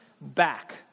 back